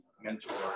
mentor